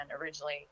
originally